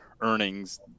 earnings